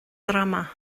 drama